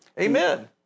Amen